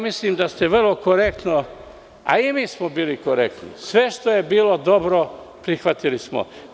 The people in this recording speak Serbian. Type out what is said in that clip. Mislim da ste vrlo korektno, a i mi smo bili korektni, jer sve što je bilo dobro, prihvatili smo.